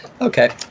Okay